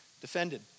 defended